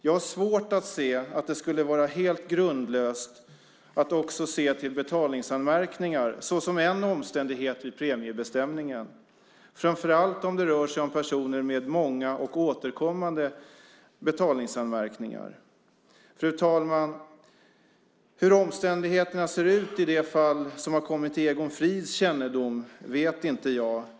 Jag har svårt att se att det skulle vara helt grundlöst att också se till betalningsanmärkningar som en omständighet i premiebestämningen, framför allt om det rör sig om personer med många och återkommande betalningsanmärkningar. Fru talman! Hur omständigheterna ser ut i de fall som har kommit till Egon Frids kännedom vet inte jag.